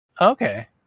Okay